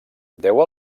deu